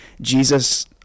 Jesus